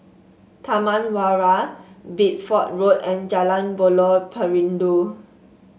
Taman Warna Bideford Road and Jalan Buloh Perindu